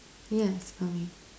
yes for me